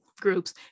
groups